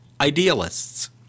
idealists